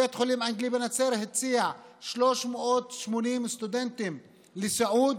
בית החולים האנגלי בנצרת הציע 380 סטודנטים לסיעוד